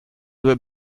due